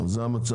אבל זה המצב.